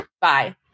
Bye